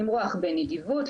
למרוח בנדיבות,